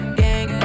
gang